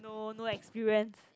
no no experience